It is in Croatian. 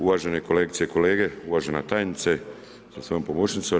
Uvažene kolegice i kolege, uvažena tajnice sa svojom pomoćnicom.